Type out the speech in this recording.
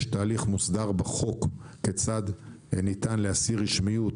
יש תהליך מוסדר בחוק כיצד ניתן להסיר רשמיות,